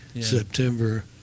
September